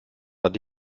hatte